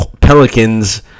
Pelicans